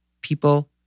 people